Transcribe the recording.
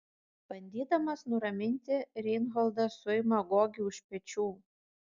bandydamas nuraminti reinholdas suima gogį už pečių